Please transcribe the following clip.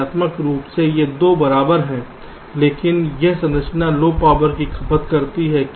कार्यात्मक रूप से ये 2 बराबर हैं लेकिन यह संरचना लो पावर की खपत करती है